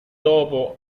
dopo